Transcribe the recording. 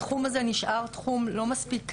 התחום הזה נשאר תחום לא מספיק מטופל,